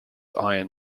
iron